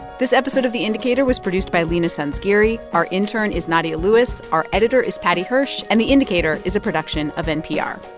this episode of the indicator was produced by leena sanzgiri. our intern is nadia lewis. our editor is paddy hirsch. and the indicator is a production of npr